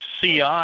ci